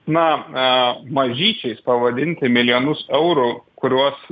na mažyčiais pavadinti milijonus eurų kuriuos